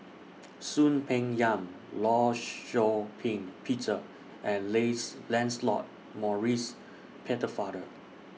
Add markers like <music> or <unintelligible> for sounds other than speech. Soon Peng Yam law Shau Ping Peter and Lace Lancelot Maurice <unintelligible>